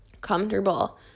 comfortable